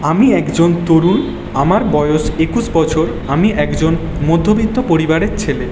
আমি একজন তরুণ আমার বয়স একুশ বছর আমি একজন মধ্যবিত্ত পরিবারের ছেলে